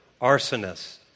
arsonists